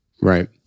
Right